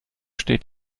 steht